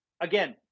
Again